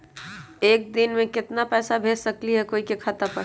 हम एक दिन में केतना पैसा भेज सकली ह कोई के खाता पर?